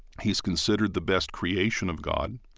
he's considered the best creation of god.